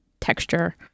texture